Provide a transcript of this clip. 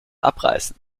abreißen